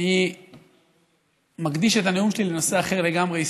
אני מקדיש את הנאום שלי לנושא אחר לגמרי,